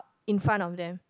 in front of them